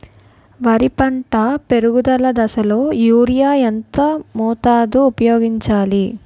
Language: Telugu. వరి పంట పెరుగుదల దశలో యూరియా ఎంత మోతాదు ఊపయోగించాలి?